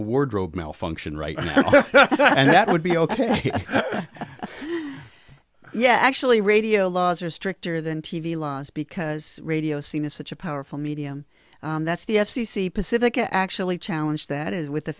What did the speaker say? a wardrobe malfunction right and that would be ok yeah actually radio laws are stricter than t v laws because radio scene is such a powerful medium that's the f c c pacifica actually challenge that is with the